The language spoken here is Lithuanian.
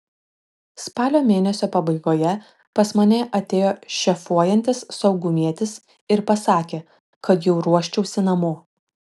spalio mėnesio pabaigoje pas mane atėjo šefuojantis saugumietis ir pasakė kad jau ruoščiausi namo